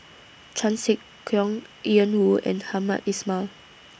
Chan Sek Keong Ian Woo and Hamed Ismail